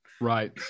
Right